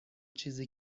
چیزی